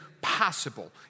possible